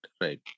right